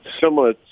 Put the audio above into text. similar